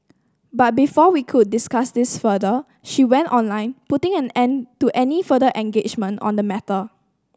but before we could discuss this further she went online putting an end to any further engagement on the matter